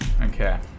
okay